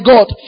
God